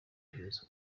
hills